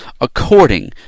according